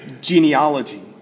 genealogy